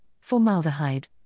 formaldehyde